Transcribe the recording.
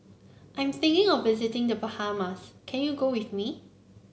I'm thinking of visiting The Bahamas can you go with me